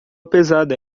pesada